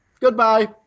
Goodbye